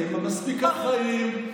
כי הם מספיק אחראים,